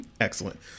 excellent